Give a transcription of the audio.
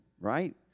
right